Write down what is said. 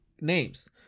names